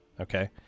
okay